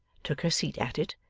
took her seat at it,